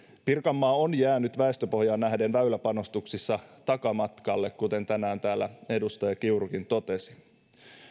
pirkanmaa on jäänyt väestöpohjaan nähden väyläpanostuksissa takamatkalle kuten tänään täällä edustaja kiurukin totesi